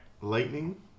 Lightning